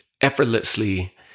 effortlessly